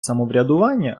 самоврядування